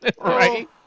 Right